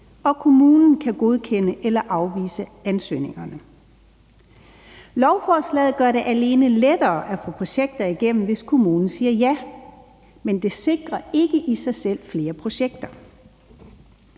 og kommunen kan godkende eller afvise ansøgningerne. Lovforslaget gør det alene lettere at få projekter igennem, hvis kommunen siger ja, men det sikrer ikke i sig selv flere projekter.